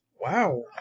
wow